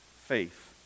faith